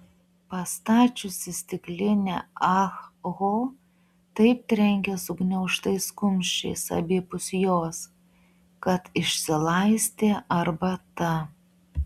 pastačiusi stiklinę ah ho taip trenkė sugniaužtais kumščiais abipus jos kad išsilaistė arbata